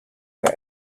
road